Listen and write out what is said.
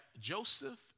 Joseph